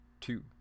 two